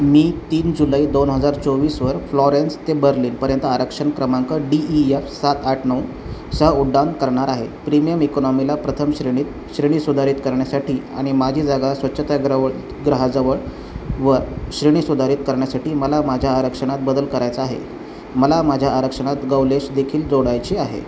मी तीन जुलै दोन हजार चोवीसवर फ्लॉरेन्स ते बर्लिनपर्यंत आरक्षण क्रमांक डी ई यफ सात आठ नऊ सह उड्डाण करणार आहे प्रीमियम इकोनॉमीला प्रथम श्रेणीत श्रेणी सुधारित करण्यासाठी आणि माझी जागा स्वच्छता ग्रहव ग्रहाजवळ व श्रेणी सुधारित करण्यासाठी मला माझ्या आरक्षणात बदल करायचा आहे मला माझ्या आरक्षणात गौलेश देखील जोडायचे आहे